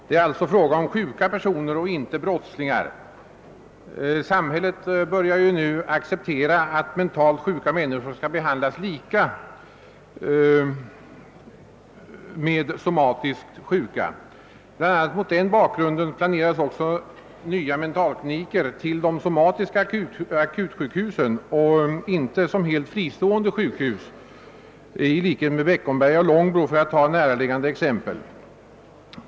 Det är alltså fråga om sjuka personer och inte om brottslingar! Samhället börjar ju nu acceptera, att mentalt sjuka människor skall behandlas på samma sätt som somatiskt sjuka. Bl. a. mot den bakgrunden planeras också nya mentalkliniker vid de somatiska akutsjukhusen och inte som helt fristående sjukhus i likhet med Beckomberga och Långbro, för att ta näraliggande exempel.